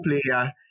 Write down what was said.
player